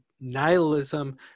nihilism